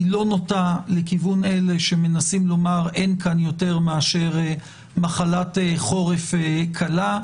היא לא נוטה לכיוון אלה שמנסים לומר: אין כאן יותר מאשר מחלת חורף קלה,